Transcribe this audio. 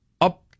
up